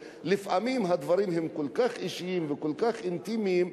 לפעמים הדברים הם כל כך אישיים וכל כך אינטימיים,